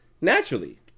naturally